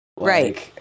Right